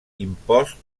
impost